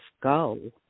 go